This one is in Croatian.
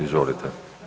Izvolite.